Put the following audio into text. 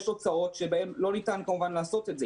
יש הוצאות שבהן לא ניתן כמובן לעשות את זה,